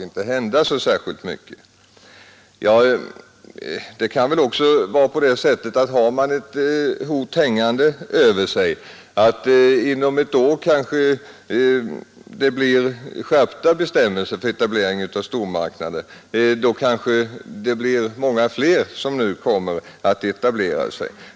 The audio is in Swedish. Jo, har man ett hot hängande över sig om eventuellt skärpta bestämmelser inom ett år för etablering av stormarknader, kan det hända att det blir många fler som nu etablerar sig.